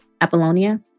Apollonia